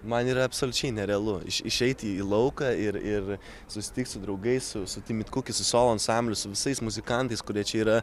man yra absoliučiai nerealu iš išeiti į lauką ir ir susitikti su draugais su timitkuki su solo ansambliu su visais muzikantais kurie čia yra